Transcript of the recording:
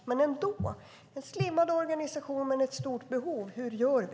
Men jag undrar ändå. Det är en slimmad organisation men ett stort behov. Hur gör vi?